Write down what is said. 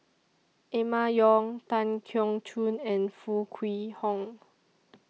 Emma Yong Tan Keong Choon and Foo Kwee Horng